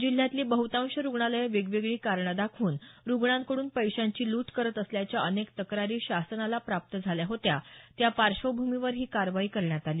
जिल्ह्यातली बह्तांश रुग्णालयं वेगवेगळी कारणं दाखवून रुग्णांकडून पैशांची लूट करत असल्याच्या अनेक तक्रारी शासनाला प्राप्त झाल्या होत्या त्या पार्श्वभूमीवर ही कारवाई करण्यात आली